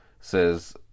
says